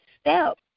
step